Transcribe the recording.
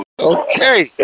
Okay